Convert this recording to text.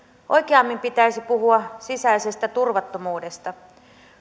oikeammin pitäisi puhua sisäisestä turvattomuudesta